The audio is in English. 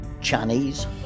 Chinese